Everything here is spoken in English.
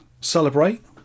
celebrate